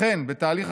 לכן, בתהליך,